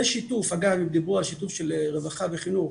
בשיתוף, אגב, הם דיברו על שיתוף של רווחה וחינוך,